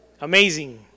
amazing